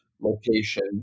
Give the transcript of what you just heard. location